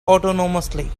autonomously